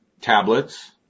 tablets